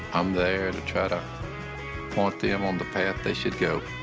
i'm there to try to point them on the path they should go.